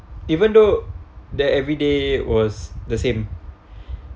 even though that every day was the same